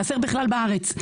חסר בכלל בארץ,